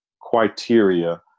criteria